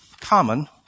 common